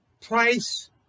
price